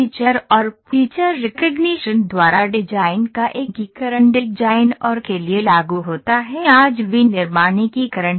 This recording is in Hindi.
फीचर और फीचर रिकग्निशन द्वारा डिजाइन का एकीकरण डिजाइन और के लिए लागू होता है आज विनिर्माण एकीकरण